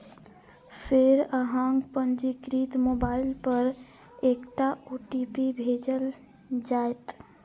फेर अहांक पंजीकृत मोबाइल पर एकटा ओ.टी.पी भेजल जाएत